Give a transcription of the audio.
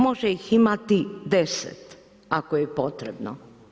Može ih imati 10 ako je potrebno.